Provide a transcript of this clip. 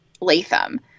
Latham